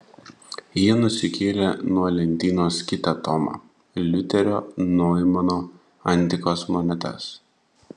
ji nusikėlė nuo lentynos kitą tomą liuterio noimano antikos monetas